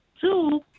two